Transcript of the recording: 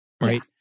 right